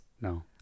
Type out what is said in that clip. No